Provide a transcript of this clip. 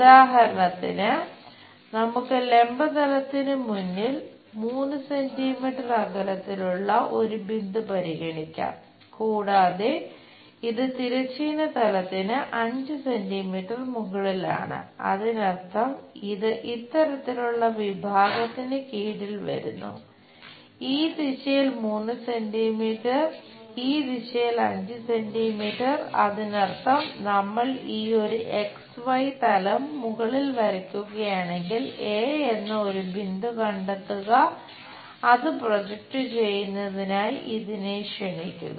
ഉദാഹരണത്തിന് നമുക്ക് ലംബ തലത്തിന് മുന്നിൽ 3 സെന്റീമീറ്റർ ചെയ്യുന്നതിനായി ഇതിനെ ക്ഷണിക്കുക